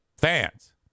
fans